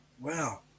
Wow